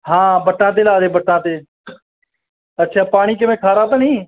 ਹਾਂ ਵੱਟਾਂ 'ਤੇ ਲਾ ਦੇ ਵੱਟਾਂ 'ਤੇ ਅੱਛਾ ਪਾਣੀ ਕਿਵੇਂ ਖਾਰਾ ਤਾਂ ਨਹੀਂ